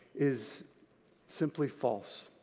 is simply false.